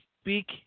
speak